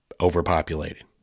overpopulated